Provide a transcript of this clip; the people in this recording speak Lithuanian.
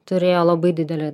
turėjo labai didelę